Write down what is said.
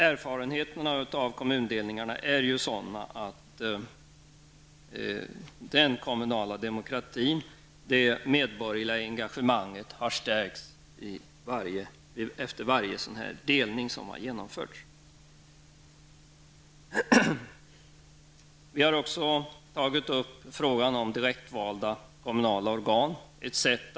Erfarenheterna av kommundelningarna är att den kommunala demokratin, det medborgerliga engagemanget, har stärkts efter varje delning som har genomförts. Vi har också tagit upp frågan om direktvalda kommunala organ.